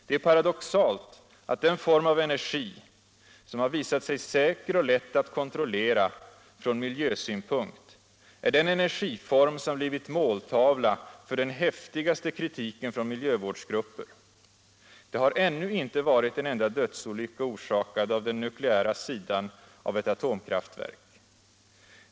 Det är paradoxalt att den form av energi som har visat sig säker och lätt att kontrollera från miljösynpunkt, är den energiform som blivit måltavla för den häftigaste kritiken från miljövårdsgrupper. Det har inte ännu varit en enda dödsolycka orsakad av den nukleära sidan av ett atomkraftverk.